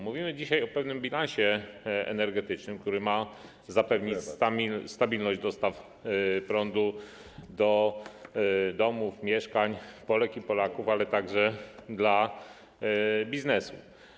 Mówimy dzisiaj o pewnym bilansie energetycznym, który ma zapewnić stabilność dostaw prądu do domów, mieszkań Polek i Polaków, ale także dla biznesu.